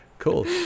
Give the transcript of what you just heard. Cool